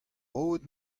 roet